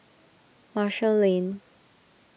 Marshall Lane